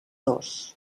dos